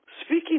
speaking